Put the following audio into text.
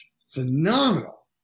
phenomenal